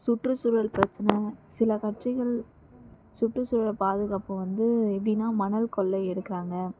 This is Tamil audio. சுற்றுசூழல் பிரச்சனை சில கட்சிகள் சுற்றுசூழல் பாதுகாப்பு வந்து எப்படின்னா மணல்கொள்ளை எடுக்குறாங்கள்